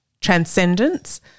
transcendence